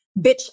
bitch